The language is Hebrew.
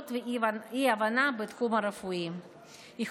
בתחום ואי-הבנה בתחומים הרפואיים.